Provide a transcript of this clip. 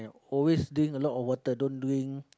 always drink a lot of water don't drink